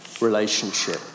relationship